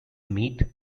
meet